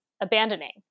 abandoning